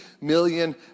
million